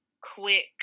quick